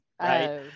right